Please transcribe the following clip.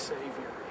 Savior